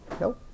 No